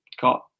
got